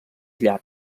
llarg